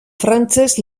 frantses